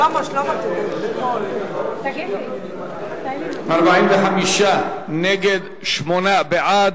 45 נגד, שמונה בעד.